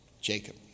Jacob